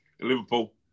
Liverpool